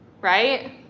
right